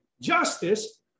Justice